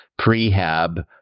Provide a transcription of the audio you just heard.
prehab